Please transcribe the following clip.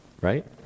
right